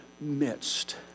midst